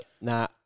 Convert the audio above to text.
nah